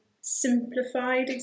simplified